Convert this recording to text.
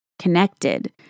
connected